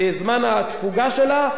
זמן התפוגה שלה,